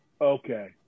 okay